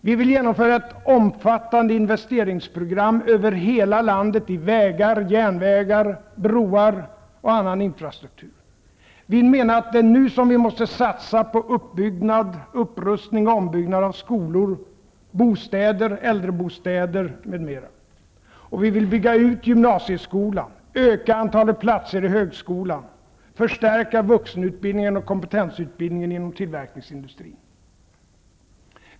Vi vill genomföra ett omfattande investeringsprogram över hela landet i vägar, järnvägar, broar och annan infrastruktur. Vi menar att det är nu som vi måste satsa på upprustning och ombyggnad av skolor, bostäder, äldrebostäder m.m. Vi vill bygga ut gymnasieskolan, öka antalet platser i högskolan, förstärka vuxenutbildningen och kompetensutvecklingen inom tillverkningsindustrin.